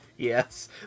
Yes